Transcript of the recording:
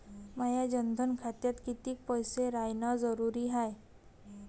माया जनधन खात्यात कितीक पैसे रायन जरुरी हाय?